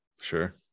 sure